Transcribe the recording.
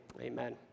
Amen